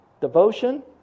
devotion